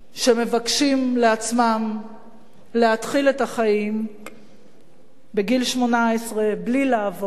שמבקשים לעצמם להתחיל את החיים בגיל 18, בלי לעבור